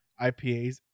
ipas